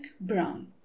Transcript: Brown